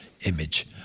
image